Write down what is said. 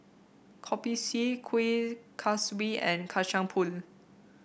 Kopi C Kuih Kaswi and Kacang Pool